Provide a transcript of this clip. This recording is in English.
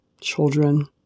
children